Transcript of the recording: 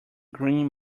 green